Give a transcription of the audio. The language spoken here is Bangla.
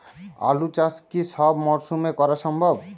আলু চাষ কি সব মরশুমে করা সম্ভব?